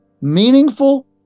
meaningful